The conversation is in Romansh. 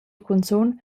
cunzun